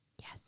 yes